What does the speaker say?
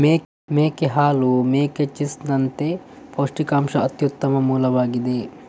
ಮೇಕೆ ಹಾಲು ಮೇಕೆ ಚೀಸ್ ನಂತೆ ಪೌಷ್ಟಿಕಾಂಶದ ಅತ್ಯುತ್ತಮ ಮೂಲವಾಗಿದೆ